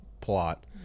plot